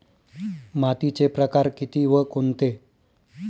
मातीचे प्रकार किती व कोणते?